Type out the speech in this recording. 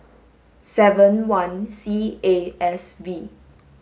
seven one C A S V